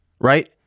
right